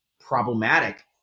problematic